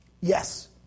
Yes